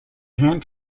hand